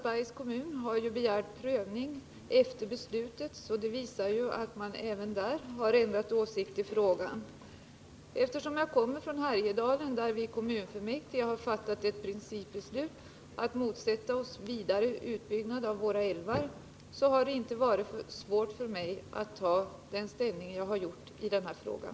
Bergs kommun har också begärt prövning efter beslutet, och det visar att man även där har ändrat åsikt i frågan. Eftersom jag kommer från Härjedalen, där vi i kommunfullmäktige har fattat ett principbeslut om att motsätta oss vidare utbyggnad av våra älvar, har det inte varit svårt för mig att ta den ställning jag gjort i den här frågan.